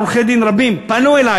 עורכי-דין רבים פנו אלי